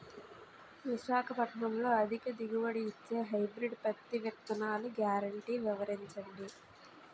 విశాఖపట్నంలో అధిక దిగుబడి ఇచ్చే హైబ్రిడ్ పత్తి విత్తనాలు గ్యారంటీ వివరించండి?